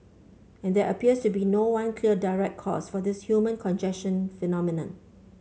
and there appears to be no one clear direct cause for this human congestion phenomenon